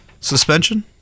suspension